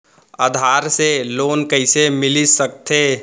आधार से लोन कइसे मिलिस सकथे?